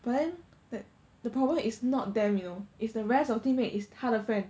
but then like the problem is not them you know it's the rest of teammate is 他的 friend